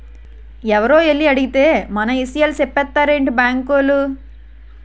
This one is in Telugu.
ఎవరో ఎల్లి అడిగేత్తే మన ఇసయాలు సెప్పేత్తారేటి బాంకోలు?